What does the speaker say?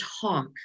talk